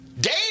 Dave